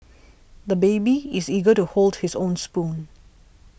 the baby is eager to hold his own spoon